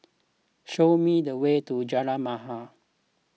show me the way to Jalan Mahir